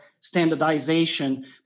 standardization